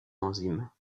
enzymes